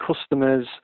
customers